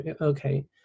Okay